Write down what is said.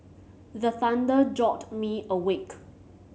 the thunder jolt me awake